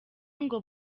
ngo